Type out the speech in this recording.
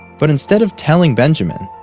but instead of telling benjamin,